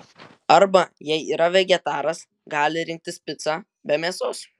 arba jei yra vegetaras gali rinktis picą be mėsos